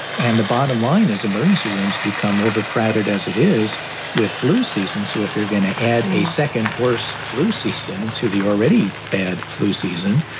and the bottom line is emergency rooms become overcrowded as it is with flu season. so if you're going to add a second worst flu season to the already bad flu season,